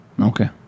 Okay